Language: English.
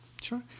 sure